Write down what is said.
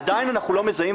עדיין אנחנו לא מזהים,